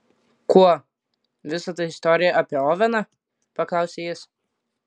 kuo visa ta istorija apie oveną paklausė jis